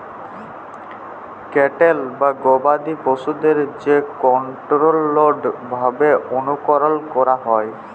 cattle বা গবাদি পশুদের যে কনটোরোলড ভাবে অনুকরল ক্যরা হয়